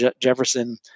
Jefferson